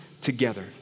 together